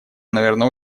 наверное